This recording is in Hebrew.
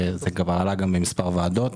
זה כבר עלה גם במספר ועדות,